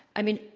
i mean,